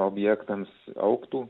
objektams augtų